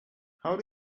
how